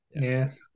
Yes